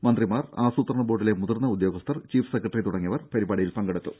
മന്ത്രിമാർ ആസൂത്രണ ബോർഡിലെ മുതിർന്ന ഉദ്യോഗസ്ഥർ ചീഫ് സെക്രട്ടറി തുടങ്ങിയവർ പരിപാടിയിൽ പങ്കെടുത്തു